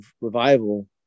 Revival